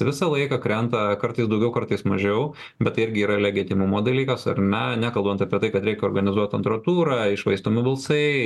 visą laiką krenta kartais daugiau kartais mažiau bet tai irgi yra legitimumo dalykas ar ne nekalbant apie tai kad reik organizuot antrą turą iššvaistomi balsai